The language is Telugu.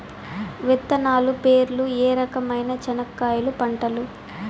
విత్తనాలు పేర్లు ఏ రకమైన చెనక్కాయలు పంటలు?